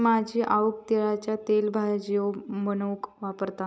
माझी आऊस तिळाचा तेल भजियो बनवूक वापरता